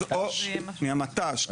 אז או, מהמט"ש, כן.